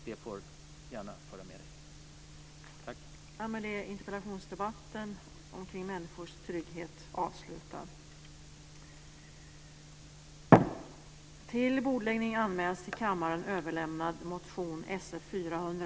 Det får Rigmor Stenmark gärna ta med sig.